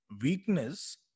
Weakness